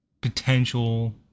potential